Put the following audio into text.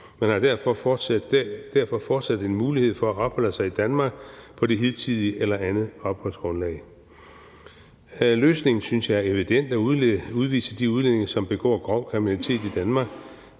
Man har derfor fortsat en mulighed for at opholde sig i Danmark på det hidtidige eller på et andet opholdsgrundlag. Løsningen synes jeg er evident: at udvise de udlændinge, som begår grov kriminalitet i Danmark.